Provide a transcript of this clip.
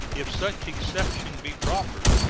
if such exception be proper,